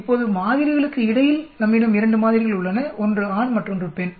இப்போது மாதிரிகளுக்கு இடையில் நம்மிடம் 2 மாதிரிகள் உள்ளன ஒன்று ஆண் மற்றொன்று பெண்